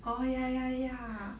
oh ya ya ya